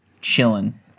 chilling